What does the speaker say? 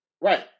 Right